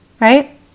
right